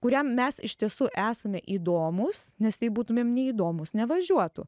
kuriam mes iš tiesų esame įdomūs nes jei būtumėm neįdomūs nevažiuotų